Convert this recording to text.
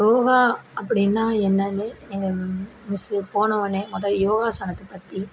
யோகா அப்படின்னால் என்னன்னு எங்கள் மிஸ்ஸு போனோடன்னே மொதல் யோகாசனத்தை பற்றி